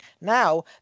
Now